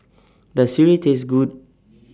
Does Sireh Taste Good